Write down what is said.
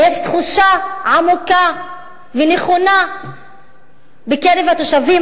ויש תחושה עמוקה ונכונה בקרב התושבים